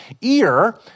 ear